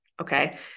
Okay